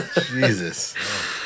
Jesus